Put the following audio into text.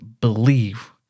believe